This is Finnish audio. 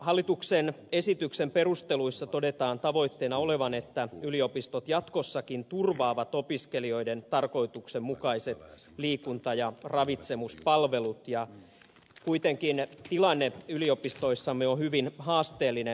hallituksen esityksen perusteluissa todetaan tavoitteena olevan että yliopistot jatkossakin turvaavat opiskelijoiden tarkoituksenmukaiset liikunta ja ravitsemuspalvelut ja kuitenkin tilanne yliopistoissamme on hyvin haasteellinen